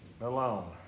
alone